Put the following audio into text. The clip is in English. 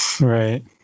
Right